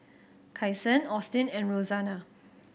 Kyson Austin and Rosanna